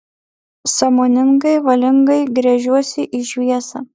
sąmoningai valingai gręžiuosi į šviesą